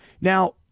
now